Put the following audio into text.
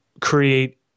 create